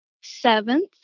Seventh